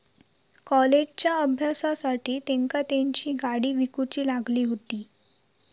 कॉलेजच्या अभ्यासासाठी तेंका तेंची गाडी विकूची लागली हुती